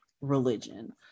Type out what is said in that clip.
religion